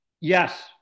Yes